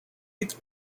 with